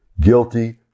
guilty